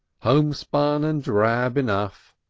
homespun and drab enough,